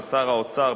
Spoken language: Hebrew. ושר האוצר,